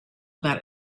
about